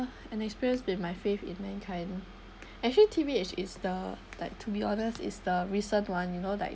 an experience with my faith in mankind I feel T_B_H is the like to be honest is the recent one you know like